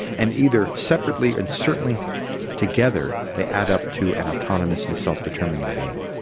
and either separately and certainly together they add up to and autonomous and self-determining being.